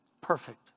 Perfect